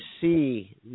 see